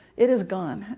it is gone.